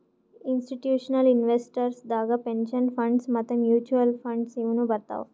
institutional investors ದಾಗ್ pension funds ಮತ್ತ್ mutual funds ಇವ್ನು ಬರ್ತವ್